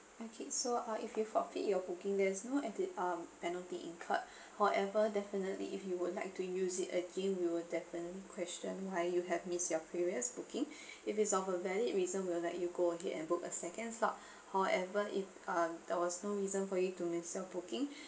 okay so uh if you forfeit your booking there's no addi~ um penalty incurred however definitely if you would like to use it again we will definitely question why you have missed your previous booking if is of a valid reason we'll let you go ahead and book a second slot however if um there was no reason for you to miss your booking